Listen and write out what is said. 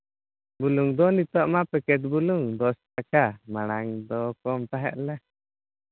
ᱵᱩᱞᱩᱝ ᱢᱟ ᱱᱤᱛᱚᱜ ᱫᱚ ᱯᱮᱠᱮᱴ ᱵᱩᱞᱩᱝ ᱫᱚᱥ ᱴᱟᱠᱟ ᱢᱟᱲᱟᱝ ᱫᱚ ᱠᱚᱢ ᱛᱟᱦᱮᱸ ᱞᱮᱱᱟ